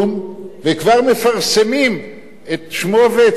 וכבר מפרסמים את שמו ואת פרטיו.